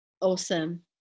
Awesome